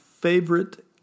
favorite